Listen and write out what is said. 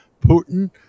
Putin